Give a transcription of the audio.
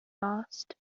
fast